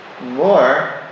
more